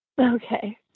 okay